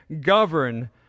govern